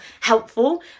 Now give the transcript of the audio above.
helpful